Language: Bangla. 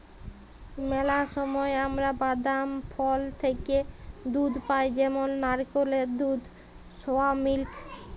ম্যালা সময় আমরা বাদাম, ফল থ্যাইকে দুহুদ পাই যেমল লাইড়কেলের দুহুদ, সয়া মিল্ক